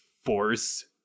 Force